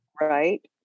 right